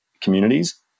communities